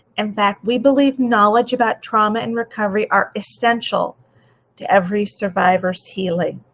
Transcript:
in fact, we believe knowledge about trauma and recovery are essential to every survivor's healing